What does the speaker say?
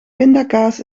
pindakaas